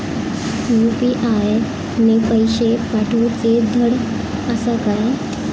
UPI ने पैशे पाठवूचे धड आसा काय?